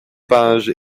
pages